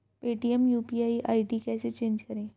Paytm UPI ID कैसे change करें?